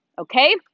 Okay